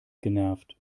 genervt